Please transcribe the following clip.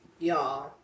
Y'all